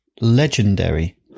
legendary